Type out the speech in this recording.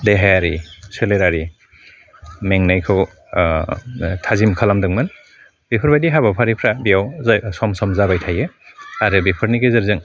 देहायारि सोलेरारि मेंनायखौ थाजिम खालामदोंमोन बेफोरबायदि हाबाफारिफ्रा बेयाव जायहा सम सम जाबाय थायो आरो बेफोरनि गेजेरजों